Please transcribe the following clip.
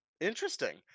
interesting